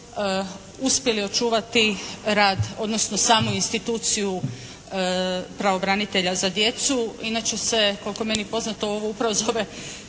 uspjeli očuvati rad odnosno samu instituciju pravobranitelja za djecu. Inače se koliko je meni poznato ovo upravo zove